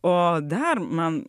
o dar man